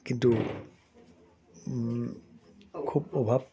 কিন্তু খুব অভাৱ